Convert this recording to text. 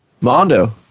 Mondo